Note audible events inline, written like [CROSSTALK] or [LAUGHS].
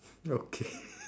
okay [LAUGHS]